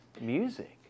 music